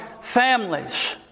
families